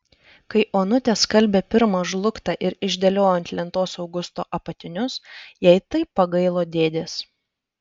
kai onutė skalbė pirmą žlugtą ir išdėliojo ant lentos augusto apatinius jai taip pagailo dėdės